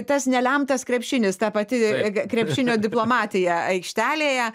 tas nelemtas krepšinis ta pati krepšinio diplomatija aikštelėje